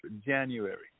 January